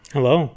Hello